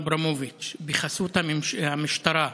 אמנון אברמוביץ' בחסות המשטרה,